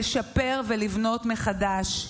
לשפר ולבנות מחדש,